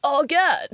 again